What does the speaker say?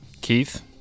Keith